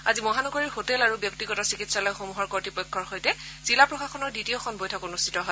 আজি মহানগৰীৰ হোটেল আৰু ব্যক্তিগত চিকিৎসালয়সমূহৰ কৰ্তৃপক্ষৰ সৈতে জিলা প্ৰশাসনৰ দ্বিতীয়খন বৈঠক অনুষ্ঠিত হয়